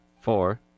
four